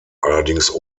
allerdings